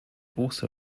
also